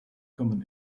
common